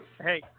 Hey